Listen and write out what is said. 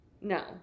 No